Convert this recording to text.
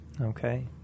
Okay